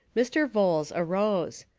mr. vholes arose.